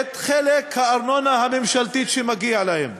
את חלק הארנונה הממשלתית שמגיע להם.